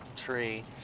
tree